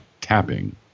tapping